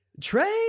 Trey